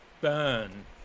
burn